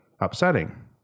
upsetting